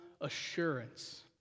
assurance